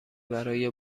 برای